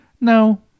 No